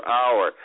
hour